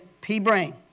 P-Brain